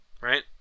right